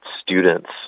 students